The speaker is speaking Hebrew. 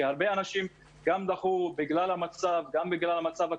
כי הרבה אנשים דחו גם בגלל המצב הכלכלי,